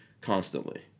constantly